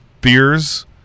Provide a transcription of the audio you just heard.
beers